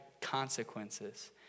consequences